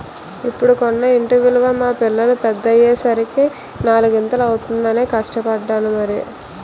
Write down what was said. ఇప్పుడు కొన్న ఇంటి విలువ మా పిల్లలు పెద్దయ్యే సరికి నాలిగింతలు అవుతుందనే కష్టపడ్డాను మరి